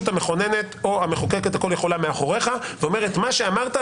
המכוננת או המחוקקת הכול יכולה מאחוריך ואומרת שמה שאמרת,